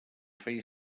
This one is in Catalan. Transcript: feia